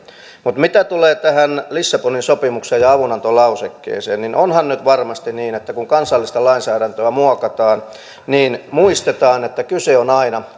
mutta mitä tulee tähän lissabonin sopimukseen ja avunantolausekkeeseen niin onhan nyt varmasti niin että kun kansallista lainsäädäntöä muokataan niin muistetaan että kyse on aina